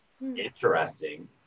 interesting